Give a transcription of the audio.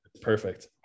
perfect